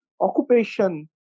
Occupation